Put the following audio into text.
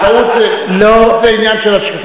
טעות זה עניין של השקפה.